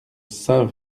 saint